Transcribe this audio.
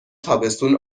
تابستون